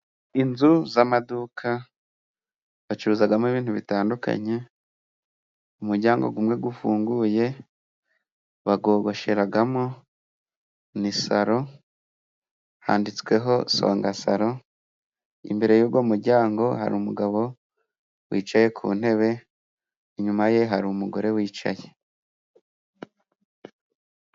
Inzu z'amaduka bacuruzamo ibintu bitandukanye. Umu muryango umwe ufunguye bogosheramo ni saro, handitsweho songa sari. Imbere y'uwo muryango hari umugabo wicaye ku ntebe, inyuma ye hari umugore wicaye.